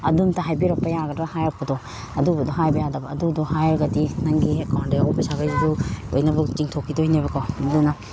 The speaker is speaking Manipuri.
ꯑꯗꯨ ꯑꯝꯇ ꯍꯥꯏꯕꯤꯔꯛꯄ ꯌꯥꯒꯗ꯭ꯔꯥ ꯍꯥꯏꯔꯛꯄꯗꯣ ꯑꯗꯨꯒꯤꯗꯣ ꯍꯥꯏꯕ ꯌꯥꯗꯕ ꯑꯗꯨꯗꯣ ꯍꯥꯏꯔꯒꯗꯤ ꯅꯪꯒꯤ ꯑꯦꯀꯥꯎꯟꯗ ꯌꯥꯎꯕ ꯄꯩꯁꯥꯒꯩꯗꯨꯁꯨ ꯂꯣꯏꯅꯃꯛ ꯆꯤꯡꯊꯣꯛꯈꯤꯗꯣꯏꯅꯦꯕꯀꯣ ꯑꯗꯨꯅ